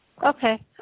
Okay